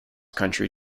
country